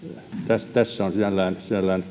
tässä on sinällään